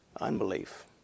unbelief